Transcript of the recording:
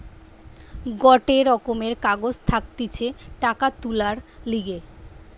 গটে রকমের কাগজ থাকতিছে টাকা তুলার লিগে